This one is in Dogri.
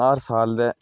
हर साल दे